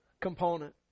component